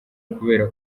kubera